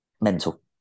Mental